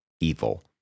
evil